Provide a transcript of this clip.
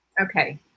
okay